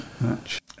match